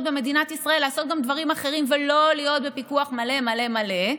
במדינת ישראל לעשות גם דברים אחרים ולא להיות בפיקוח מלא מלא מלא,